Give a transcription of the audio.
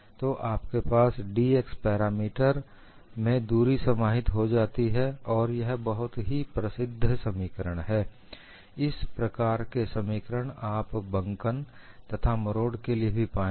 तो आपके dx parameter में दूरी समाहित हो जाती है और यह बहुत ही प्रसिद्ध समीकरण है इसी प्रकार के समीकरण आप बंकन तथा मरोड के लिए भी पाएंगे